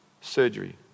surgery